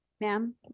Ma'am